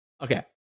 okay